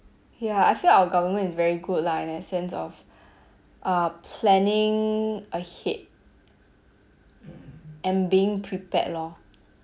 ya I feel our government is very good lah in that sense of uh planning ahead and being prepared lor